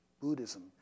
Buddhism